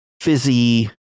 Fizzy